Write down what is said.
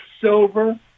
silver